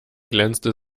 glänzte